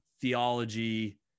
theology